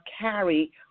carry